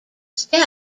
step